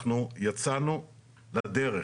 אנחנו יצאנו לדרך,